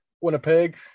Winnipeg